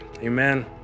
amen